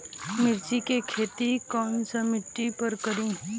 मिर्ची के खेती कौन सा मिट्टी पर करी?